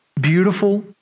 Beautiful